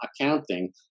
accounting